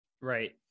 Right